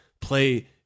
Play